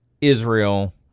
Israel